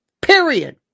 Period